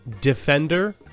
Defender